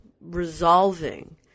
resolving